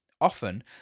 Often